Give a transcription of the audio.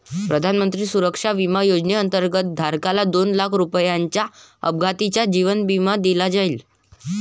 प्रधानमंत्री सुरक्षा विमा योजनेअंतर्गत, धारकाला दोन लाख रुपयांचा अपघाती जीवन विमा दिला जाईल